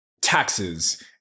taxes